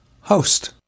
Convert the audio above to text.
host